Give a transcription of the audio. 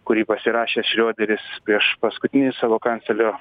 kurį pasirašė šrioderis prieš paskutinį savo kanclerio